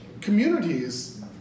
communities